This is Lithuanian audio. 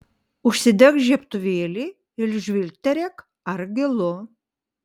užsidek žiebtuvėlį ir žvilgterėk ar gilu